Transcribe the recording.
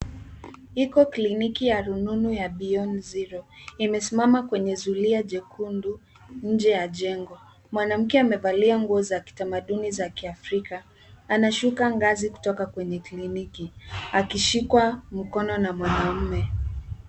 Iko kliniki ya rununu ya Beyond Zero. Imesimama kwenye zulia jekundu nje ya jengo. Mwananke amevalia nguo za kitamaduni za kifrika, anashuka ngazi kutoka kwenye kliniki akishikwa mkono na mwanaume.